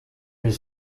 was